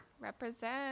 Represent